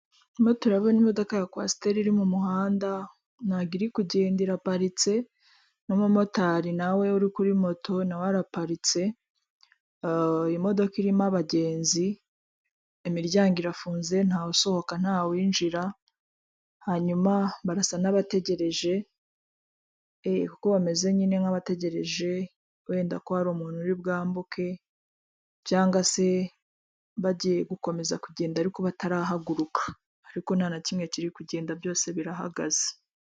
Turimo turabona imodoka ya kwasiteri iri mu muhanda ntago iri kugendera iraparitse n'umumotari nawe uri kuri moto nawe araparitse, imodoka irimo abagenzi imiryango irafunze ntawe usohoka ntawinjira hanyuma barasa n'abategereje, kuko bameze nyine nk'abategereje wenda ko hari umuntu uri bwambuke cyangwa se bagiye gukomeza kugenda ariko batarahaguruka, ariko nta na kimwe kiri kugenda byose birahagaze.